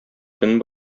төн